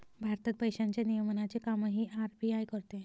भारतात पैशांच्या नियमनाचे कामही आर.बी.आय करते